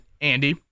Andy